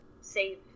save